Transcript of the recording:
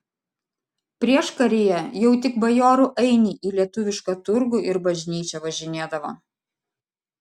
prieškaryje jau tik bajorų ainiai į lietuvišką turgų ir bažnyčią važinėdavo